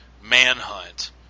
manhunt